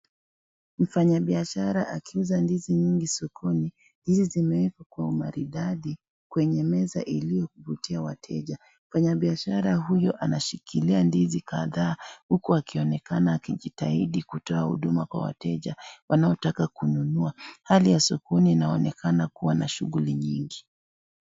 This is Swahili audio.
Mfanyabiashara akiuza ndizi nyingi sokoni. Ndizi zimewekwa kwa umaridadi kwenye meza iliyovutia wateja. Mfanyabiashara huyo anashikilia ndizi kadhaa huku akionekana akijitahidi kutoa huduma kwa wateja wanaotaka kununua. Hali ya sokoni inaonekana kuwa na shughuli nyingi.